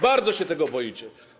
Bardzo się tego boicie.